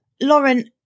Lauren